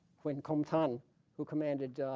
when com ton who commanded